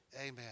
Amen